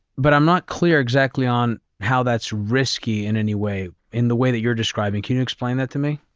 but i'm not clear exactly on how that's risky in any way in the way that you're describing. can you explain that to me?